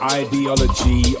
ideology